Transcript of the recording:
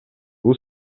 бул